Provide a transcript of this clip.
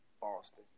Boston